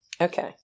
Okay